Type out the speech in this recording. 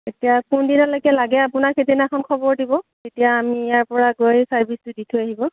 এতিয়া কোনদিনলৈকে লাগে আপোনাৰ সেইদিনাখন খবৰ দিব তেতিয়া আমি ইয়াৰ পৰা গৈ ছাৰ্ভিচটো দি থৈ আহিব